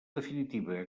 definitiva